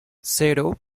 cero